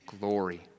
glory